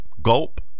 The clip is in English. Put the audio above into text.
gulp